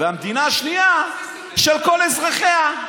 והמדינה השנייה של אזרחיה.